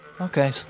Okay